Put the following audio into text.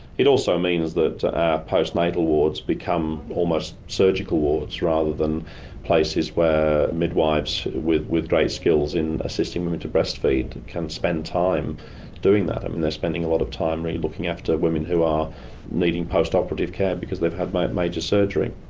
it also means that our postnatal wards become almost surgical wards rather than places where midwifes with with great skills in assisting women to breast feed can spend time doing that. um and they are spending a lot of time looking after women who are needing post-operative care because they've had major surgery.